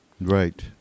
Right